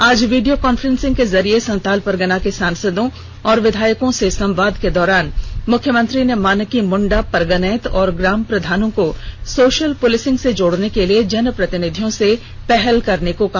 आज video conferencing के जरिये संथाल परगना के सांसदों और विधायकों से संवाद के दौरान मुख्यमंत्री ने मानकी मुंडा परगनैत और ग्राम प्रधानों को सोषल पुलिसिंग से जोड़ने के लिए जन प्रतिनिधियों से पहल करने को कहा